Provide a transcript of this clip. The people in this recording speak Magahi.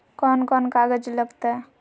कौन कौन कागज लग तय?